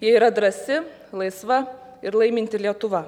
jie yra drąsi laisva ir laiminti lietuva